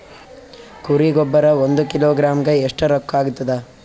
ಕುರಿ ಗೊಬ್ಬರ ಒಂದು ಕಿಲೋಗ್ರಾಂ ಗ ಎಷ್ಟ ರೂಕ್ಕಾಗ್ತದ?